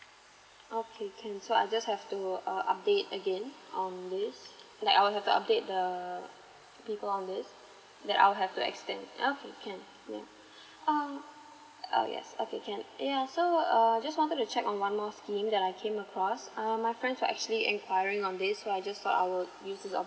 okay can so I just have to uh update again on this like I'll have to update the people on this then I'll have to extend okay can yeah uh uh yes okay can yeah so um just wanted to check on one more scheme that I came across um my friends were actually enquiring on this so I just thought I would use this opportunity